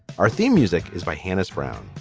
our theme music is by hani's brown.